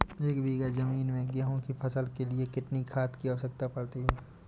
एक बीघा ज़मीन में गेहूँ की फसल के लिए कितनी खाद की आवश्यकता पड़ती है?